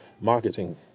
marketing